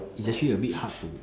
it's actually a bit hard to